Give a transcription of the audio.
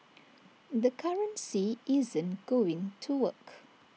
the currency isn't going to work